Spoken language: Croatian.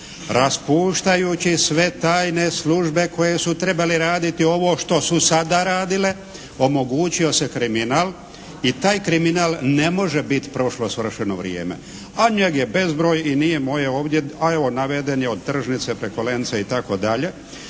Raspuštajući sve tajne službe koje su trebale raditi ovo što su sada radile omogućio se kriminal i taj kriminal ne može biti prošlo svršeno vrijeme, a njeg je bezbroj i nije moje ovdje, a evo naveden je od tržnice preko "Lenca" itd.